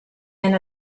and